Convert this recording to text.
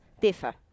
differ